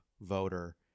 voter